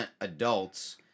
adults